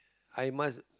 I must